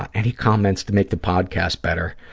any comments to make the podcast better?